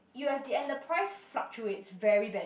U_S_D and the price fluctuates very badly